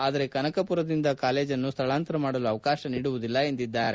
ಆದರೆ ಕನಕಮರದಿಂದ ಕಾಲೇಜನ್ನು ಸ್ಥಳಾಂತರ ಮಾಡಲು ಅವಕಾಶ ನೀಡುವುದಿಲ್ಲ ಎಂದಿದ್ದಾರೆ